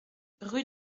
rue